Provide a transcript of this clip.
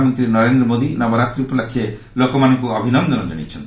ପ୍ରଧାନମନ୍ତ୍ରୀ ନରେନ୍ଦ୍ର ମୋଦି ନବରାତ୍ରି ଉପଲକ୍ଷେ ଲୋକମାନଙ୍କୁ ଅଭିନନ୍ଦନ ଜଣାଇଛନ୍ତି